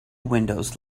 windows